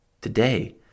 Today